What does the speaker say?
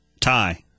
Tie